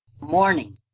Morning